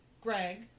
Greg